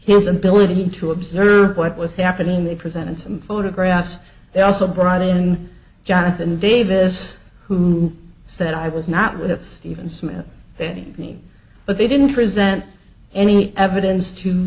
his ability to observe what was happening they presented some photographs they also brought in jonathan davis who said i was not with stephen smith but they didn't present any evidence to